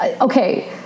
Okay